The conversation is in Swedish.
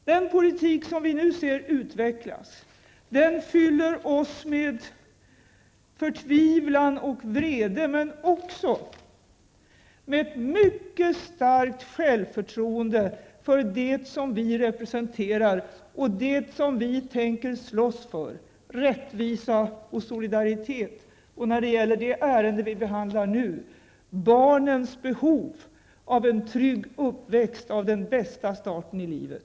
Den politik som vi nu ser utvecklas fyller oss socialdemokrater med förtvivlan och vrede men också med mycket starkt självförtroende för det som vi representerar och det som vi tänker slåss för, rättvisa och solidaritet, och när det gäller det ärende vi behandlar nu barnens behov av en trygg uppväxt, av den bästa starten i livet.